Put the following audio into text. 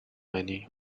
many